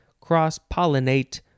cross-pollinate